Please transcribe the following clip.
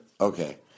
Okay